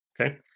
Okay